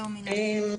אנחנו